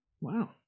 wow